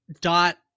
Dot